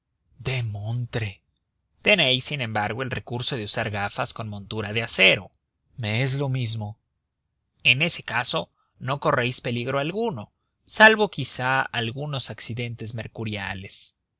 demontre tenéis sin embargo el recurso de usar gafas con montura de acero me es lo mismo en ese caso no corréis peligro alguno salvo quizás algunos accidentes mercuriales